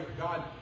God